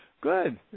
good